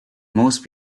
most